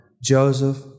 Joseph